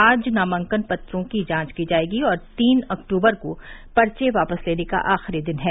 आज नामांकन पर्चो की जांच की जायेगी और तीन अक्टूबर को पर्चे वापस लेने का आखिरी दिन है